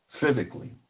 civically